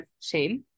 shame